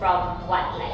from what like